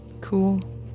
Cool